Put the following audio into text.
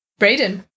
Brayden